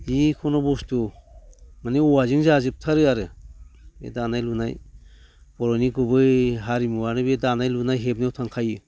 जिखुनु बुस्थु माने औवाजों जाजोबथारो आरो बे दानाय लुनाय बर'नि गुबै हारिमुआनो बे दानाय लुनाय हेबनायाव थांखायो